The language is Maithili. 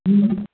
हुँ